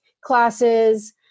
classes